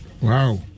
Wow